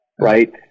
right